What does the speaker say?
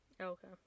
Okay